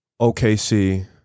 OKC